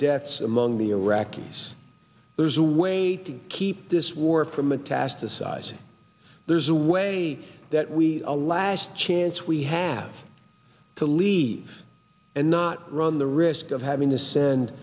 deaths among the iraqi yes there's a way to keep this war from metastasizing there's a way that we a last chance we have to leave and not run the risk of having to send